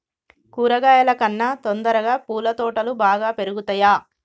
కూరగాయల కన్నా తొందరగా పూల తోటలు బాగా పెరుగుతయా?